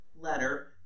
letter